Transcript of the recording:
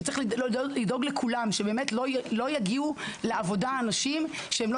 שצריך לדאוג לכולם שלא יגיעו לעבודה אנשים שהם לא